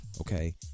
okay